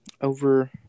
over